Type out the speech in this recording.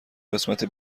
قسمت